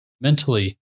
mentally